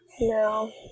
No